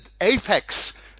Apex